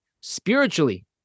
spiritually